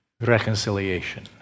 reconciliation